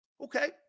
Okay